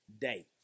Day